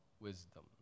wisdom